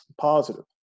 positive